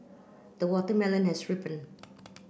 the watermelon has ripened